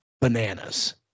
bananas